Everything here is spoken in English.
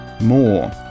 more